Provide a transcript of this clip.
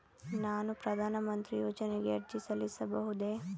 ನಾನು ಪ್ರಧಾನ ಮಂತ್ರಿ ಯೋಜನೆಗೆ ಅರ್ಜಿ ಸಲ್ಲಿಸಬಹುದೇ?